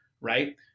Right